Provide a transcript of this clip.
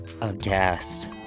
aghast